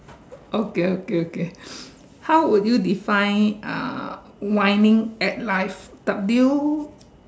okay okay okay how would you define uh winning at life W